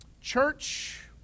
Church